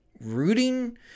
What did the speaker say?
rooting